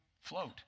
float